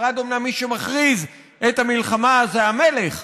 בספרד אומנם מי שמכריז את המלחמה זה המלך,